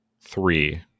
three